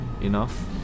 enough